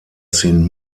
sin